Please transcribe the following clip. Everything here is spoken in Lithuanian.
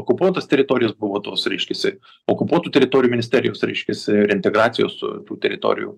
okupuotos teritorijos buvo tos reiškiasi okupuotų teritorijų ministerijos reiškiasi reintegracijos tų teritorijų